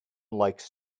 likes